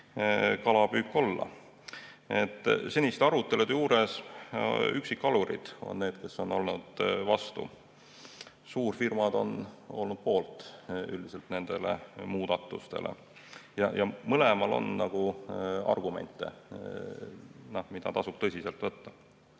kalapüük olla. Seniste arutelude juures üksikkalurid on need, kes on olnud vastu. Suurfirmad on olnud üldiselt nende muudatuste poolt. Ja mõlemal on argumente, mida tasub tõsiselt võtta.